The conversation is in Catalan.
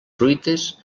fruites